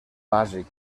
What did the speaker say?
bàsic